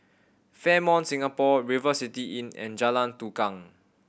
Fairmont Singapore River City Inn and Jalan Tukang